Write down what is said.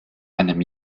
einem